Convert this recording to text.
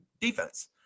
defense